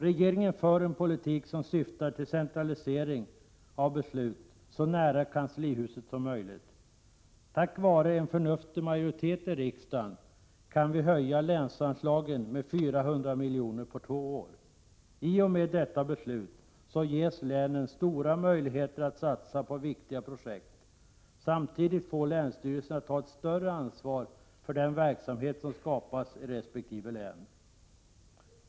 Regeringen för en politik som syftar till centralisering av beslut så nära kanslihuset som möjligt. Tack vare en förnuftig majoritet i riksdagen kan vi höja länsanslagen med 400 miljoner på två år. I och med detta beslut ges länen stora möjligheter att satsa på viktiga projekt. Samtidigt får länsstyrelserna ta ett större ansvar för den verksamhet som skapas i respektive län.